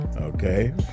Okay